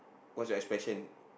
what's your expression